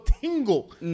tingle